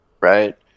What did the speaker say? Right